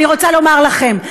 אני רוצה לומר לכם,